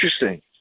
interesting